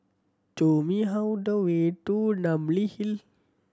show me how the way to Namly Hill